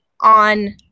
On